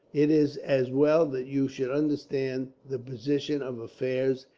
it is as well that you should understand the position of affairs,